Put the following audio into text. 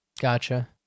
Gotcha